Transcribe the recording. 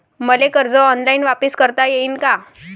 मले कर्ज ऑनलाईन वापिस करता येईन का?